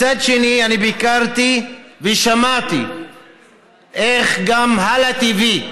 אני ביקרתי ושמעתי איך גם הלא TV,